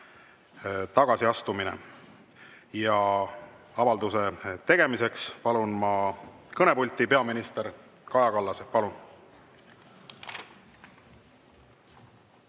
tagasiastumine. Avalduse tegemiseks palun ma kõnepulti peaminister Kaja Kallase. Palun!